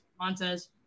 montez